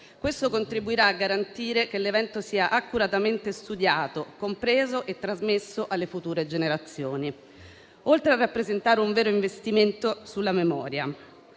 Questo contribuirà a garantire che l'evento sia accuratamente studiato, compreso e trasmesso alle future generazioni, oltre a rappresentare un vero investimento sulla memoria.